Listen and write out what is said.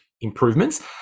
improvements